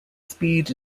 speed